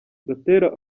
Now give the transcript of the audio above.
gatera